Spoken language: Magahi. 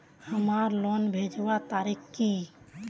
हमार लोन भेजुआ तारीख की?